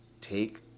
take